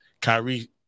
Kyrie